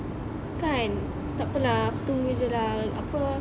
kan takpa lah tunggu jer lah apa